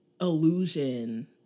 illusion